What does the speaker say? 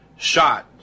shot